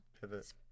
pivot